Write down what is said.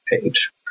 page